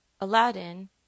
Aladdin